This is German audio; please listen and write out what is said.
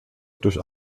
durch